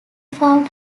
found